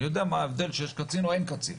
אני יודע מה ההבדל כשיש קצין או אין קצין